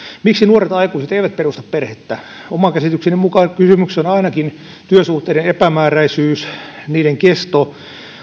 miksi nuoret aikuiset eivät perusta perhettä oman käsitykseni mukaan kysymyksessä on ainakin työsuhteiden epämääräisyys niiden kesto